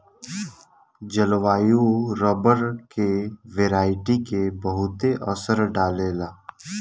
जलवायु रबर के वेराइटी के बहुते असर डाले ला